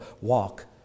walk